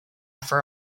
for